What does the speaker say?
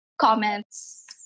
comments